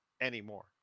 anymore